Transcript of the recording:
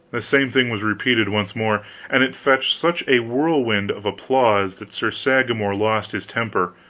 this same thing was repeated once more and it fetched such a whirlwind of applause that sir sagramor lost his temper,